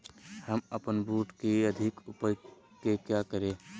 हम अपन बूट की अधिक उपज के क्या करे?